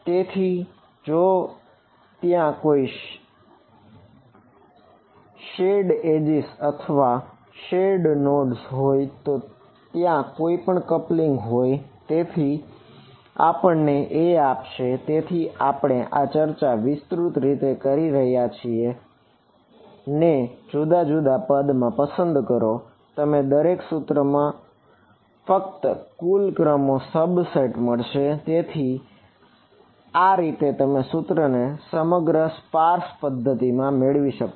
તેથી જો ત્યાં કોઈ શેર્ડ એજીસ પદ્ધતિ મેળવો છો